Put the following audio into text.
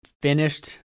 finished